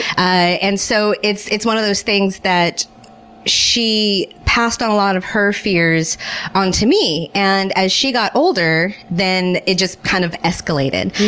ah and so, it's it's one of those things that she passed on a lot of her fears to me, and as she got older, then it just kind of escalated.